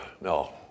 No